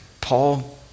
Paul